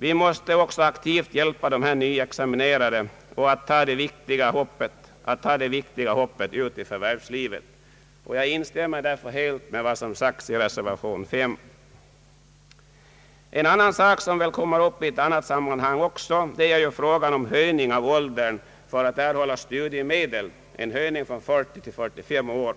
Vi måste också aktivt hjälpa de nyexaminerade att ta det viktiga steget ut i förvärvslivet. Jag instämmer därför helt med vad som sagts i reservation nr 5. En annan sak som väl kommer upp också i ett annat sammanhang är frågan om höjning av åldern för att erhålla studiemedel från 40 till 45 år.